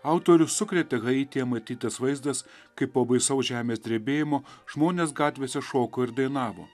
autorių sukrėtė haityje matytas vaizdas kai po baisaus žemės drebėjimo žmonės gatvėse šoko ir dainavo